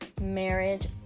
marriage